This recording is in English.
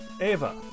Ava